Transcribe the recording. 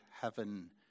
heaven